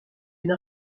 une